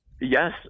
Yes